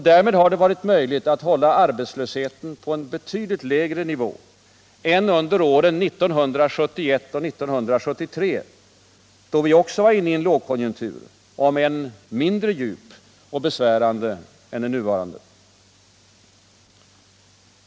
Därmed har det varit möjligt att hålla arbetslösheten på en betydligt lägre nivå än under åren 1971-1973, då vi också var inne i en lågkonjunktur — om än mindre djup och besvärande än den nuvarande.